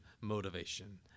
motivation